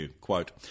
Quote